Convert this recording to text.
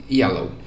yellow